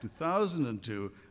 2002